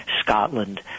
Scotland